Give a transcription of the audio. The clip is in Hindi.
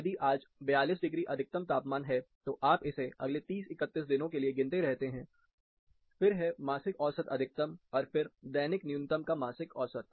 यदि आज 42 डिग्री अधिकतम तापमान है तो आप इसे अगले 30 31 दिनों के लिए गिनते रहते हैं फिर है मासिक औसत अधिकतम और फिर दैनिक न्यूनतम का मासिक औसत